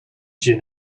gin